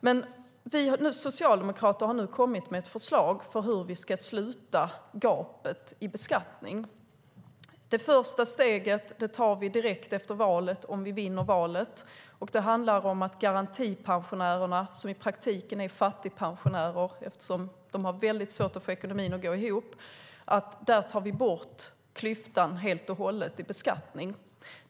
Men vi socialdemokrater har nu kommit med ett förslag på hur vi ska sluta gapet i beskattningen. Det första steget tar vi direkt efter valet, om vi vinner valet. Det handlar om garantipensionärerna - de är i praktiken fattigpensionärer, eftersom de har väldigt svårt att få ekonomin att gå ihop. Där tar vi bort klyftan helt och hållet när det gäller beskattning.